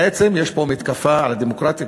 בעצם יש פה מתקפה על הדמוקרטיה,